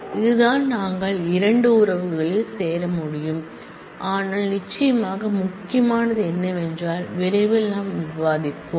இதுதான் நாங்கள் இரண்டு ரிலேஷன்களில் சேர முடியும் ஆனால் நிச்சயமாக முக்கியமானது என்னவென்றால் விரைவில் நாம் விவாதிப்போம்